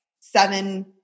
Seven-